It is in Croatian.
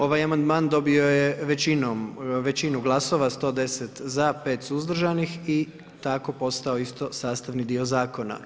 Ovaj amandman dobio je većinu glasova 110 za, 5 suzdržanih i tako postao isto sastavni dio zakona.